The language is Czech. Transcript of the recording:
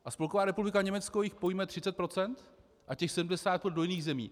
A Spolková republika Německo jich pojme 30 % a těch 70 % půjde do jiných zemí.